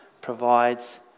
provides